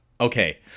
Okay